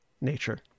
nature